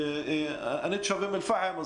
אני תושב אום אל-פחם,